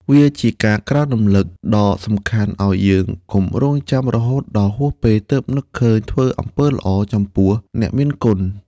វាជាការក្រើនរំលឹកដ៏សំខាន់ឲ្យយើងកុំរង់ចាំរហូតដល់ហួសពេលទើបនឹកឃើញធ្វើអំពើល្អចំពោះអ្នកមានគុណ។